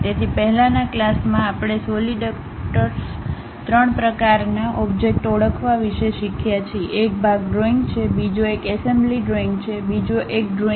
તેથી પહેલાના ક્લાસમાં આપણે સોલિડકર્ક્સ 3 પ્રકારનાં ઓબ્જેક્ટ ઓળખવા વિશે શીખ્યા છે એક ભાગ ડ્રોઇંગ છે બીજો એક એસેમ્બલી ડ્રોઇંગ છે બીજો એક ડ્રોઇંગ છે